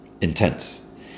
intense